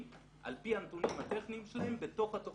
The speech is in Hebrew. על פי הנתונים הטכניים שלהם בתוך התוכנית.